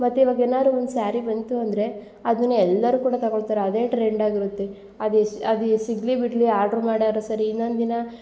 ಮತ್ತು ಇವಾಗ ಏನಾದರು ಒಂದು ಸ್ಯಾರಿ ಬಂತು ಅಂದರೆ ಅದನ್ನ ಎಲ್ಲರು ಕೂಡ ತಗೊಳ್ತಾರೆ ಅದೇ ಟ್ರೆಂಡ್ ಆಗಿರುತ್ತೆ ಅದು ಸಿ ಅದು ಸಿಗಲಿ ಬಿಡಲಿ ಆಡ್ರ್ ಮಾಡಾದರು ಸರಿ ಇನ್ನೊಂದಿನ